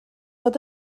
fod